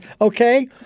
okay